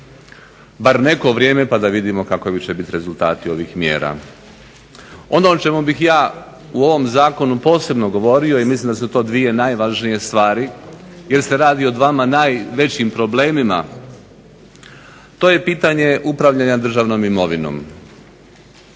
bar neko vrijeme pa da vidimo kakovi će biti rezultati ovih mjera. Ono o čemu bih ja u ovom zakonu posebno govorio i mislim da su to dvije najvažnije stvari jer se radi o dvama najvećim problemima, to je pitanje upravljanja državnom imovinom.